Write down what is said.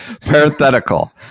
Parenthetical